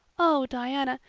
oh, diana,